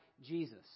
Jesus